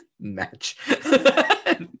match